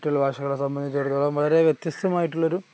മറ്റുള്ള ഭാഷകളെ സംബന്ധിച്ചിടത്തോളം വളരെ വ്യത്യസ്തമായിട്ടുള്ളൊരു